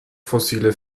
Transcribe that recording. fossile